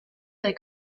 dai